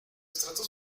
estratos